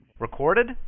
Recorded